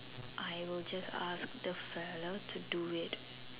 I will just ask the fellow to do it